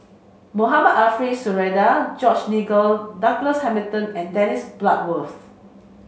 Mohamed Ariff Suradi George Nigel Douglas Hamilton and Dennis Bloodworth